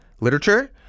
literature